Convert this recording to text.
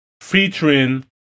featuring